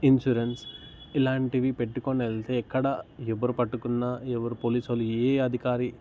insurance ఇలాంటివి పెట్టుకుని వెళితే ఎక్కడా ఎవరు పట్టుకున్నా ఎవరు పోలీసోళ్ళు ఏ అధికారి